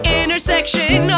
intersection